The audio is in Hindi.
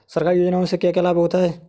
सरकारी योजनाओं से क्या क्या लाभ होता है?